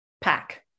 pack